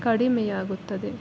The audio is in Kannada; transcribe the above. ಕಡಿಮೆಯಾಗುತ್ತದೆ